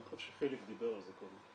אני חושב שחיליק דיבר על זה קודם.